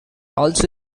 also